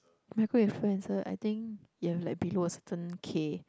micro influencer I think you have like below a certain K